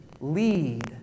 lead